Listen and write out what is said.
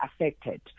affected